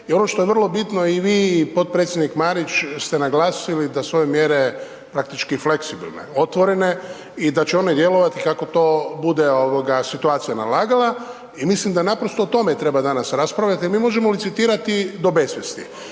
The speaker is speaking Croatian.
i ono što je vrlo bitno, i vi i potpredsjednik Marić ste naglasili da su ove mjere praktički fleksibilne, otvorene i da će one djelovati kako to bude situacija nalagala i mislim da naprosto o tome treba danas raspravljati jer mi možemo licitirati do besvijesti.